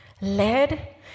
led